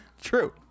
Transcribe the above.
true